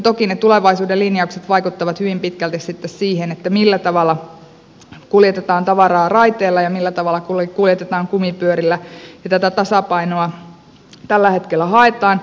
toki ne tulevaisuuden linjaukset vaikuttavat sitten hyvin pitkälti siihen millä tavalla kuljetetaan tavaraa raiteilla ja millä tavalla kuljetetaan kumipyörillä ja tätä tasapainoa tällä hetkellä haetaan